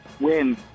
Win